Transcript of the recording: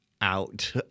out